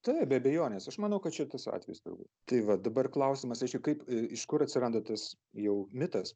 taip be abejonės aš manau kad šitas atvejis turbūt tai vat dabar klausimas reiškia kaip iš kur atsiranda tas jau mitas